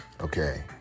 Okay